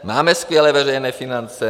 Máme skvělé veřejné finance.